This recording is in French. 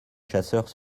chasseurs